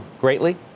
greatly